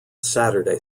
saturday